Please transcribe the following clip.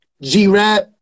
G-Rap